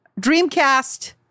Dreamcast